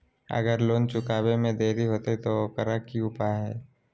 अगर लोन चुकावे में देरी होते तो ओकर की उपाय है?